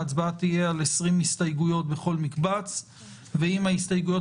ההצבעה תהיה על 20 הסתייגויות בכל מקבץ ואם ההסתייגויות